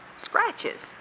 Scratches